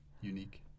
unique